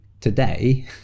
today